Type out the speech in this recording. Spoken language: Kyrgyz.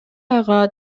айга